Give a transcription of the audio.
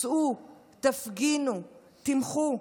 צאו, תפגינו, תמחו.